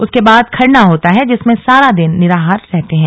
उसके बाद खरना होता है जिसमें सारा दिन निराहार रहते हैं